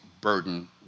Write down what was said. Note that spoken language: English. burden